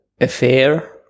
affair